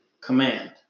command